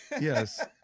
Yes